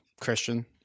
Christian